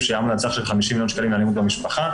שהיה המלצה של 50 מיליון שקלים לאלימות במשפחה,